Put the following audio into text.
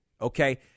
Okay